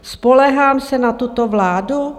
Spoléhám se na tuto vládu?